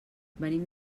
venim